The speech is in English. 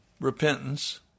repentance